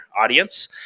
audience